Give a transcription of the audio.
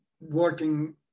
working